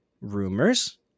rumors